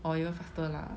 or even faster lah